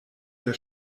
der